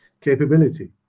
capability